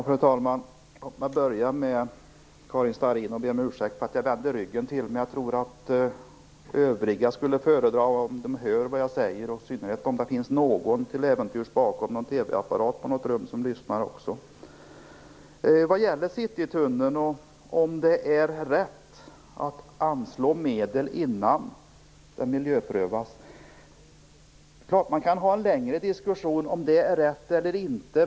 Fru talman! Låt mig börja med att be om ursäkt för att jag vänder ryggen till, Karin Starrin. Men jag tror att övriga föredrar att höra det jag säger, i synnerhet om det till äventyrs finns någon vid en TV apparat på något rum som lyssnar. Karin Starrin frågar om det är rätt att anslå medel innan Citytunneln miljöprövas. Det är klart att man kan föra en längre diskussion om det är rätt eller inte.